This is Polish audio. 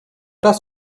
raz